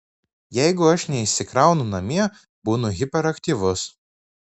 jeigu aš neišsikraunu namie būnu hiperaktyvus